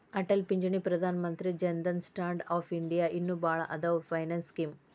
ಅಟಲ್ ಪಿಂಚಣಿ Pradhan Mantri Jan Dhan stand up India ಇನ್ನು ಭಾಳ್ ಅದಾವ್ ಫೈನಾನ್ಸ್ ಸ್ಕೇಮ್